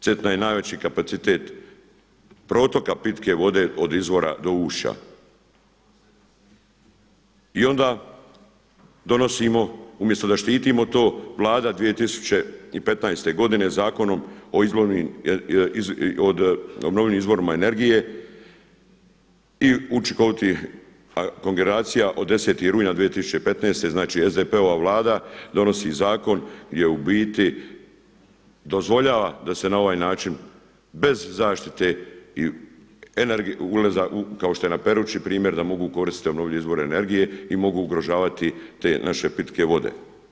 Cetina je najveći kapacitet protoka pitke vode od izvora do ušća. i onda donosimo umjesto da štitimo to, Vlada 2015. godine Zakonom o obnovljivim izvorima energije i učinkovitih kogeneracija od 10. rujna 2015., znači SDP-ova Vlada donosi zakon gdje u biti dozvoljava da se na ovaj način bez zaštite i … kao što je na Peruči primjer da mogu koristiti obnovljive izvoze energije i mogu ugrožavati te naše pitke vode.